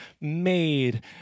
made